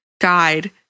guide